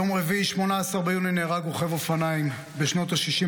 ביום רביעי 18 ביוני נהרג רוכב אופניים בשנות השישים